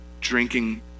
drinking